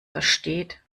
versteht